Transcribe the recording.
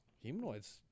Humanoids